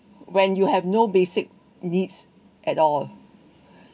when you have no basic needs at all